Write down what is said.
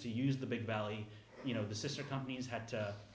to use the big belly you know the sister companies had